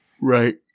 Right